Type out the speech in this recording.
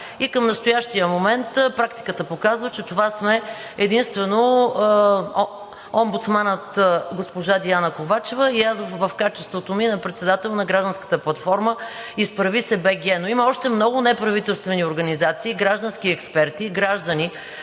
Към настоящия момент практиката показва, че това сме единствено омбудсманът госпожа Диана Ковачева и аз в качеството ми на председател на Гражданската платформа „Изправи се. БГ!“. Но има още много неправителствени организации, граждански експерти, граждани,